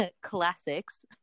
classics